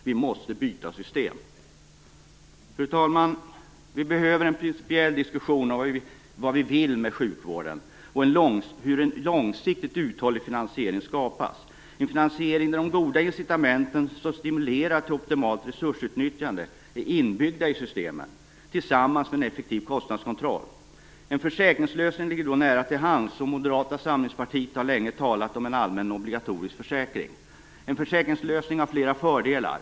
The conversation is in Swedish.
Vi måste byta system. Fru talman! Vi behöver nu en principiell diskussion om vad vi vill med sjukvården och om hur en långsiktigt uthållig finansiering skapas, en finansiering där de goda incitamenten som stimulerar till optimalt resursutnyttjande är inbyggda i systemet tillsammans med en effektiv kostnadskontroll. En försäkringslösning ligger då nära till hands, och Moderata samlingspartiet har länge talat för en allmän obligatorisk försäkring. En försäkringslösning har flera fördelar.